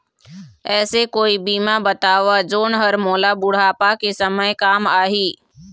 ऐसे कोई बीमा बताव जोन हर मोला बुढ़ापा के समय काम आही?